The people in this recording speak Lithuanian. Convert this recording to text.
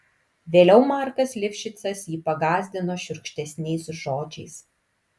vėliau markas livšicas jį pagąsdino šiurkštesniais žodžiais